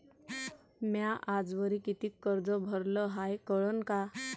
म्या आजवरी कितीक कर्ज भरलं हाय कळन का?